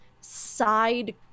side